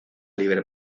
libre